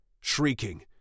shrieking